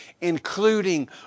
including